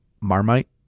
Marmite